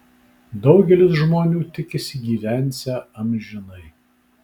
daugelis žmonių tikisi gyvensią amžinai